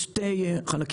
יש שני חלקים,